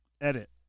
edit